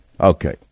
Okay